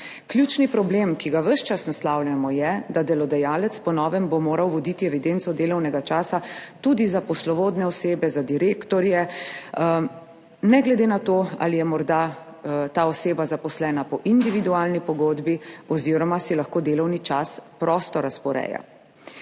Ključni problem, ki ga ves čas naslavljamo, je, da bo delodajalec po novem moral voditi evidenco delovnega časa tudi za poslovodne osebe, za direktorje, ne glede na to, ali je morda ta oseba zaposlena po individualni pogodbi oziroma si lahko delovni čas prosto razporeja.